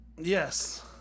yes